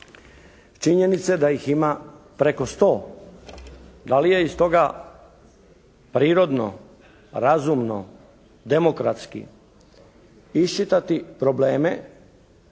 činjenice da ih ima preko 100. Da li je iz toga prirodno, razumno, demokratski iščitati probleme